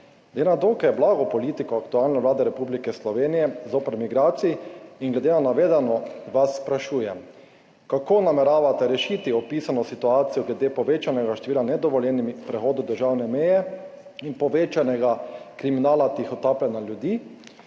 na dokaj blago politiko aktualne vlade Republike Slovenije zoper migracij in glede na navedeno vas sprašujem: Kako nameravate rešiti opisano situacijo glede povečanega števila nedovoljenih prehodov državne meje in povečanega kriminala tihotapljenja ljudi?